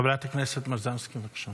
חברת הכנסת מזרסקי, בבקשה.